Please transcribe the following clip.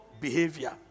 behavior